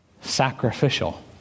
sacrificial